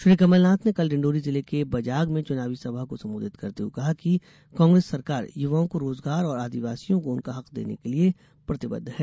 श्री कमलनाथ ने कल डिंडौरी जिले के बजाग में चुनावी सभा को संबोधित करते हुए कहा कि कांग्रेस सरकार युवाओं को रोजगार और आदिवासियों को उनका हक देने के लिए प्रतिबध है